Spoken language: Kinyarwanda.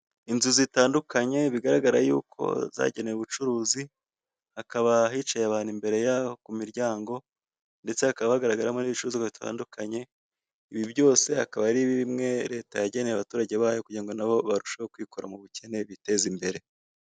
Inzu zagenewe ubucuruzi. Ku miryango y'izo nzu hicaye abacuruzi, mu gihe bategereje abaguzi.